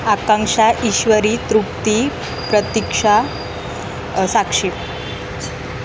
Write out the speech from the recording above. Akanksha Ishwari Trupti Pratiksha Sakshi